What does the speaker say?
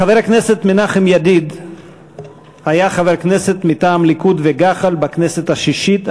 חבר הכנסת מנחם ידיד היה חבר כנסת מטעם הליכוד וגח"ל בכנסת השישית,